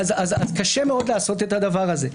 קשה מאוד לעשות את הדבר הזה.